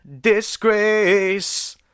disgrace